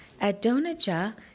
Adonijah